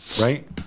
right